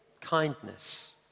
kindness